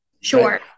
Sure